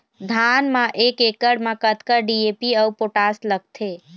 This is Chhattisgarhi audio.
धान म एक एकड़ म कतका डी.ए.पी अऊ पोटास लगथे?